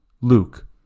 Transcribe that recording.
Luke